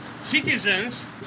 citizens